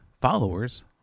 followers